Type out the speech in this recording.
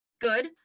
good